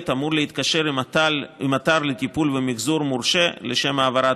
אמור להתקשר עם אתר לטיפול ומחזור מורשה לשם העברת